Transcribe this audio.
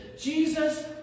Jesus